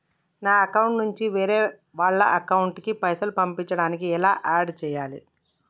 నా అకౌంట్ నుంచి వేరే వాళ్ల అకౌంట్ కి పైసలు పంపించడానికి ఎలా ఆడ్ చేయాలి?